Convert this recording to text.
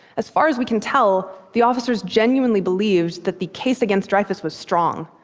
as far as we can tell, the officers genuinely believed that the case against dreyfus was strong.